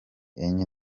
enye